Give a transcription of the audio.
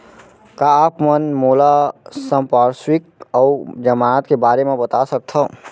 का आप मन मोला संपार्श्र्विक अऊ जमानत के बारे म बता सकथव?